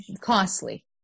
costly